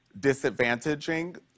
disadvantaging